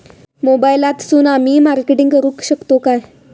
मोबाईलातसून आमी मार्केटिंग करूक शकतू काय?